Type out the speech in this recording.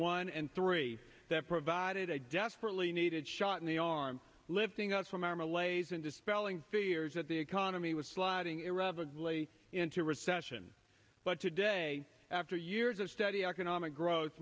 one and three that provided a desperately needed shot in the arm lifting us from our malazan dispelling fears that the economy was sliding irrevocably into recession but today after years of study economic growth